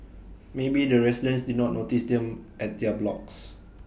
maybe the residents did not notice them at their blocks